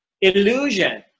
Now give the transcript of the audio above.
illusion